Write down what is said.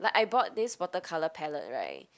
like I bought this water colour palette right